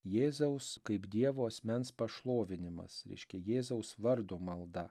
jėzaus kaip dievo asmens pašlovinimas reiškia jėzaus vardo malda